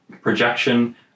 Projection